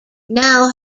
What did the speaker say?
now